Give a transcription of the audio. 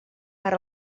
per